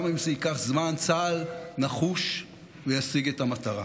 גם אם זה ייקח זמן, צה"ל נחוש, וישיג את המטרה.